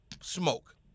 smoke